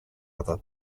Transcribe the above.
other